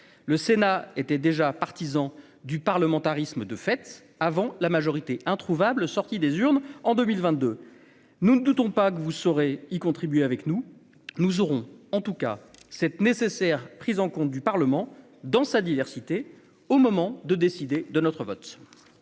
le Sénat était déjà partisan du parlementarisme, de fait, avant la majorité introuvable, sortie des urnes en 2022 nous ne doutons pas que vous saurez y contribuer avec nous, nous aurons en tout cas cette nécessaire prise en compte du Parlement dans sa diversité, au moment de décider de notre vote.